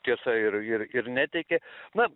tiesa ir ir ir neteikė na